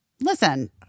Listen